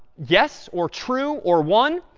yes or true or one,